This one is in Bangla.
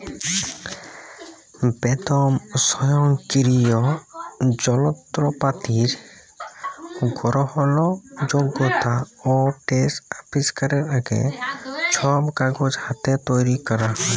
বেদম স্বয়ংকিরিয় জলত্রপাতির গরহলযগ্যতা অ সেট আবিষ্কারের আগে, ছব কাগজ হাতে তৈরি ক্যরা হ্যত